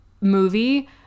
movie